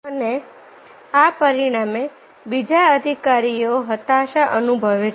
અને આ પરિણામે બીજા અધિકારીઓ હતાશા અનુભવે છે